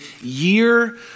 year